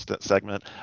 segment